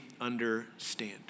understand